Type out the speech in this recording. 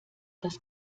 das